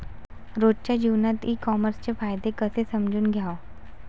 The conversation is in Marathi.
रोजच्या जीवनात ई कामर्सचे फायदे कसे समजून घ्याव?